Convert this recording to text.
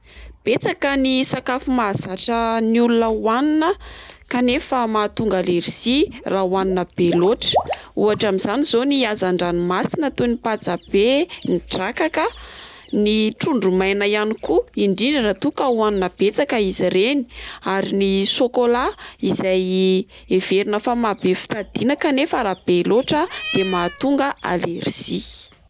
Betsaka ny sakafo mahazatra ny olona oanina kanefa mahatonga alerzia raha oanina be loatra. Ohatra amin'izany zao: ny hazan-dranomasina toy ny patsabe, ny drakaka, ny trondro maina ihany koa indrindra raha toa ka oanina betsaka izy ireny, ary ny chocolat izay heverina fa mahabe fitadidiana kanefa raha be loatra de mahatonga alerzia.